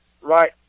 right